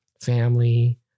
family